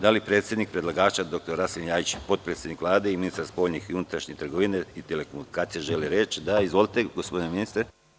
Da li predsednik predlagača dr Rasim Ljajić, potpredsednik Vlade i ministar spoljnje i unutrašnje trgovine i telekomunikacija žele reč? (Da.) Izvolite gospodine ministre.